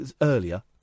earlier